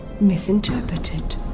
misinterpreted